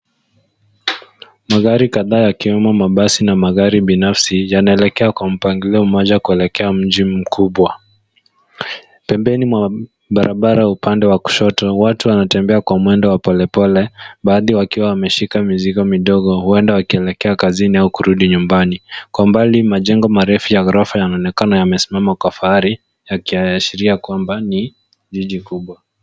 Magari kadhaa yakiyomo mabasi na magari binafsi yanaelekea kwa mpangilio mmoja kuelekea mji mkubwa. Pembeni mwa barabara upande wa kushoto, watu wanatembea kwa mwendo wa polepole, baadhi wakiwa wameshika mizigo midogo, huenda wakilekea kazini au kurudi nyumbani. Kwa mbali, majengo marefu ya ghorofa yanaonekana yamesimama kwa fahari, yakiashiria kwamba ni jiji kubwa.